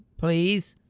please?